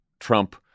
Trump